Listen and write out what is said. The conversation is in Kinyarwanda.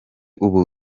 ubu